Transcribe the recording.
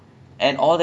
ya ya ya